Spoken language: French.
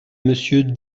monsieur